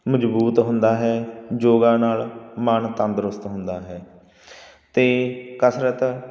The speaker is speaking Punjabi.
ਮਜ਼ਬੂਤ ਹੁੰਦਾ ਹੈ ਯੋਗਾ ਨਾਲ ਮਨ ਤੰਦਰੁਸਤ ਹੁੰਦਾ ਹੈ ਅਤੇ ਕਸਰਤ